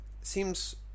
seems